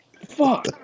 Fuck